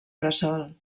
bressol